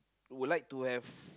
would like to have